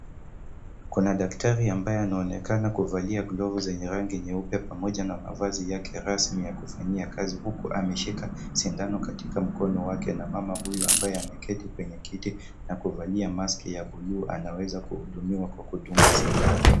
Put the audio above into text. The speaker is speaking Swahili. Kuna daktari ambaye anaonekana kuvalia glovu zenye rangi nyeupe pamoja na mavazi yake rasmi ya kufanyia kazi huku ameshika sindano katika mkono wake na mama huyu ambaye ameketi kwenye kiti na kuvalia mask ya bluu anaweza kuhudumiwa kwa kudungwa sindano.